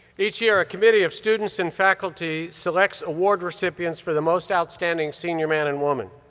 each year, a committee of students and faculty selects award recipients for the most outstanding senior man and woman.